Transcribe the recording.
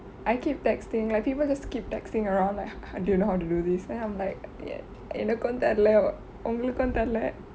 I keep texting like people just keep texting around like do you know how to do this then I'm like எனக்கொ தெரில உங்களக்கொ:yenako therila ungkaluko therila